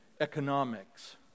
economics